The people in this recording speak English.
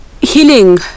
healing